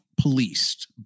policed